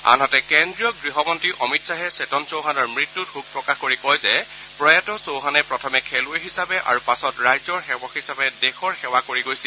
আনহাতে কেন্দ্ৰীয় গৃহমন্ত্ৰী অমিত শ্বাহে চেতন চৌহানৰ মৃত্যুত শোক প্ৰকাশ কৰি কয় যে প্ৰায়াত চৌহানে প্ৰথমে খেলুৱৈ হিচাপে আৰু পাছত ৰাইজৰ সেৱক হিচাপে দেশৰ সেৱা কৰি গৈছিল